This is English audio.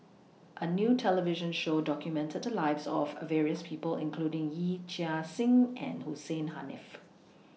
A New television Show documented The Lives of various People including Yee Chia Hsing and Hussein Haniff